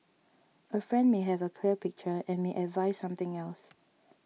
a friend may have a clear picture and may advise something else